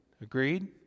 Agreed